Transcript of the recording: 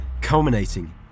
culminating